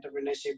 entrepreneurship